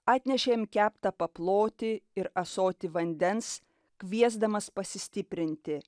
atnešėm keptą paplotį ir ąsotį vandens kviesdamas pasistiprinti